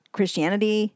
Christianity